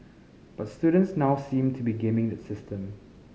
but students now seem to be gaming the system